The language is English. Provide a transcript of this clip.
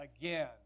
again